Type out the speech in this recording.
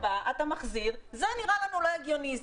בא ומחזיר אליהם זה נראה לנו לא הגיוני.